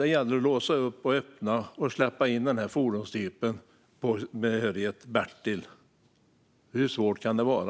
Det gäller att låsa upp, öppna och släppa in den här fordonstypen med behörighet Bertil. Hur svårt kan det vara?